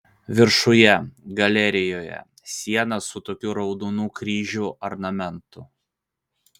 viršuje galerijoje siena su tokiu raudonų kryžių ornamentu